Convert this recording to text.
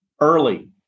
early